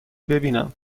ببینم